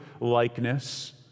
likeness